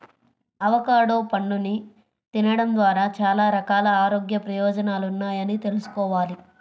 avocado పండుని తినడం ద్వారా చాలా రకాల ఆరోగ్య ప్రయోజనాలున్నాయని తెల్సుకోవాలి